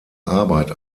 arbeit